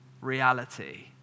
reality